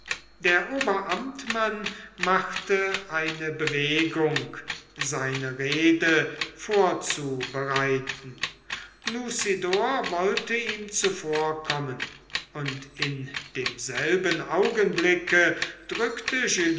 der oberamtmann machte eine bewegung seine rede vorzubereiten lucidor wollte ihm zuvorkommen und in demselben augenblicke drückte